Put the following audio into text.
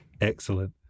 Excellent